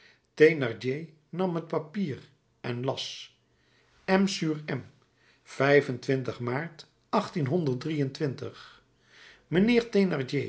nam het papier en las m sur m vijf-en-twintig maart mijnheer